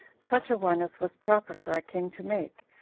such a one as was proper for a king to make,